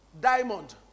diamond